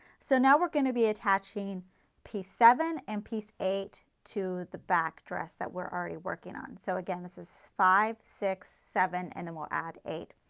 so now we are going to be attaching piece seven and piece eight to the back dress that we are already working on. so again this is five, six, seven and then we will add eight.